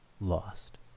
lost